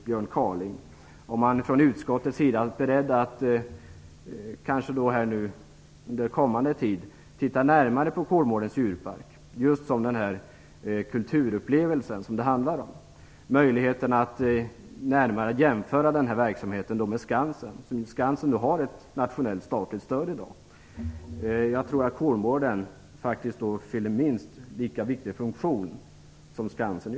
Björn Kaaling, nämligen om utskottet är berett att titta närmare på Kolmårdens djurpark och den kulturupplevelse som det där handlar om och jämföra den verksamheten med Skansens, eftersom Skansen i dag har ett nationellt statligt stöd. Jag tror att Kolmården fyller en minst lika viktig funktion som Skansen.